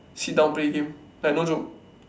sit down play game like no joke